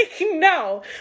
no